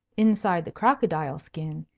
inside the crocodile skin,